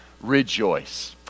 Rejoice